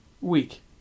week